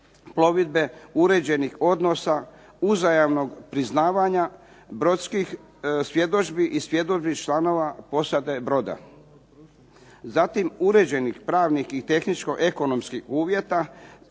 uređenih odnosa, uzajamnog priznavanja brodskih svjedodžbi i svjedodžbi članova posade broda. Zatim, uređenih pravnih i tehničko ekonomskih uvjeta